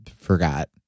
forgot